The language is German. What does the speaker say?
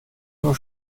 nur